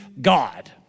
God